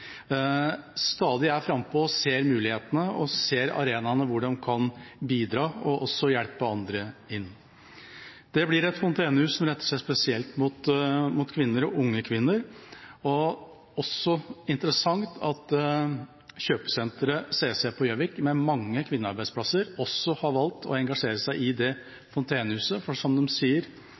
stadig er frampå, ser mulighetene og ser arenaene hvor de kan bidra, og også hjelpe andre inn. Det blir et fontenehus som retter seg spesielt mot kvinner og unge kvinner, og det er også interessant at kjøpesenteret CC på Gjøvik, med mange kvinnearbeidsplasser, har valgt å engasjere seg i det fontenehuset, for, som de sier: